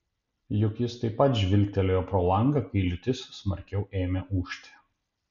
juk jis taip pat žvilgtelėjo pro langą kai liūtis smarkiau ėmė ūžti